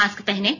mask पहनें